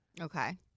Okay